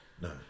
No